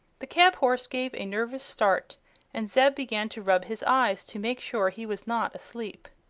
the cab-horse gave a nervous start and zeb began to rub his eyes to make sure he was not asleep.